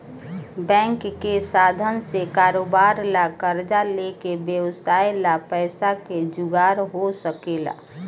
bank के साधन से कारोबार ला कर्जा लेके व्यवसाय ला पैसा के जुगार हो सकेला